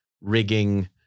rigging